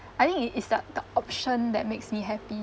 I think it it's that that option that makes me happy